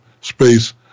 space